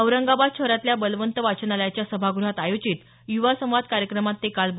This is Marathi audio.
औरंगाबाद शहरातल्या बलवंत वाचनालयाच्या सभागृहात आयोजित युवा संवाद कार्यक्रमात ते काल बोलत होते